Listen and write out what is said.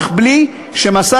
אך בלי שמסר,